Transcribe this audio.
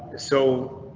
so